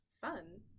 Fun